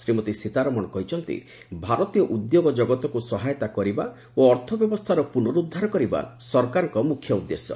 ଶ୍ରୀମତୀ ସୀତାରମଣ କହିଛନ୍ତି ଭାରତୀୟ ଉଦ୍ୟୋଗ ଜଗତକୁ ସହାୟତା କରିବା ଓ ଅର୍ଥ ବ୍ୟବସ୍ଥାର ପୁନରୁଦ୍ଧାର କରିବା ସରକାରଙ୍କର ମୁଖ୍ୟ ଉଦ୍ଦେଶ୍ୟ